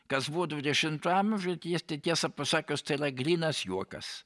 kas buvo dvidešimtam amžiuj jis tiesą pasakius tai grynas juokas